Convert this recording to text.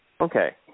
Okay